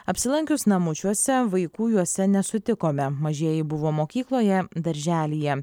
apsilankius namučiuose vaikų juose nesutikome mažieji buvo mokykloje darželyje